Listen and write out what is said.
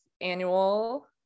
annual